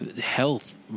health